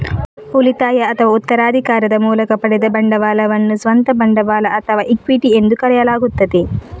ಉಳಿತಾಯ ಅಥವಾ ಉತ್ತರಾಧಿಕಾರದ ಮೂಲಕ ಪಡೆದ ಬಂಡವಾಳವನ್ನು ಸ್ವಂತ ಬಂಡವಾಳ ಅಥವಾ ಇಕ್ವಿಟಿ ಎಂದು ಕರೆಯಲಾಗುತ್ತದೆ